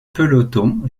peloton